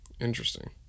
interesting